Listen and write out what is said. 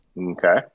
Okay